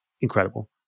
Incredible